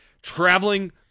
Traveling